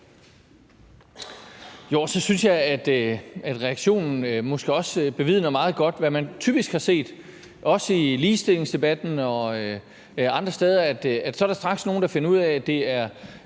jeg måske også, at reaktionen bevidner meget godt, hvad man typisk har set, også i ligestillingsdebatten og andre steder, nemlig at der straks er nogle, der finder ud af, at det er